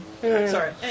Sorry